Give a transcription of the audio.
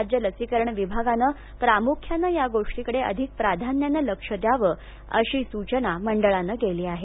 राज्य लसीकरण विभागानं प्रामुख्यान या गोष्टीकडे अधिक प्राधान्यान लक्ष द्याव अशी सूचना मंडळान केली आहे